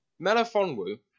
Melafonwu